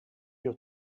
your